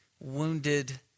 wounded